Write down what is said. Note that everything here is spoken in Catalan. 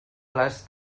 les